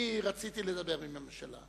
אני רציתי לדבר עם הממשלה.